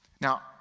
Now